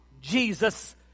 Jesus